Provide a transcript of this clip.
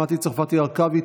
מטי צרפתי הרכבי,